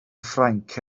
ffrainc